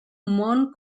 món